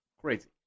Crazy